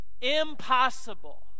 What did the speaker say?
Impossible